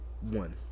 one